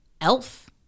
elf